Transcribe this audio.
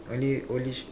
only only